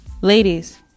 Ladies